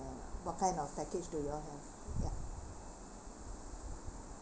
uh what kind of package that you all have ya